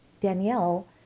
Danielle